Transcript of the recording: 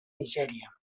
nigèria